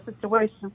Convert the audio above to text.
situation